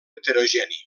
heterogeni